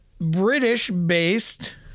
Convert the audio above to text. British-based